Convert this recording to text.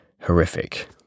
horrific